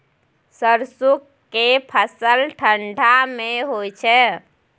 सरसो के फसल ठंडा मे होय छै?